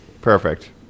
Perfect